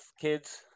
kids